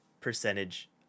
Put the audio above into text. percentage